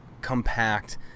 compact